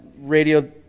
radio